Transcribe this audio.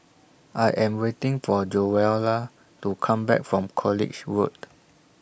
I Am waiting For Joella to Come Back from College Road